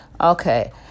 Okay